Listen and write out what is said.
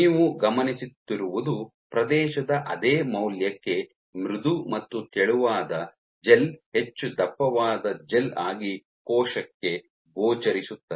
ನೀವು ಗಮನಿಸುತ್ತಿರುವುದು ಪ್ರದೇಶದ ಅದೇ ಮೌಲ್ಯಕ್ಕೆ ಮೃದು ಮತ್ತು ತೆಳುವಾದ ಜೆಲ್ ಹೆಚ್ಚು ದಪ್ಪವಾದ ಜೆಲ್ ಆಗಿ ಕೋಶಕ್ಕೆ ಗೋಚರಿಸುತ್ತದೆ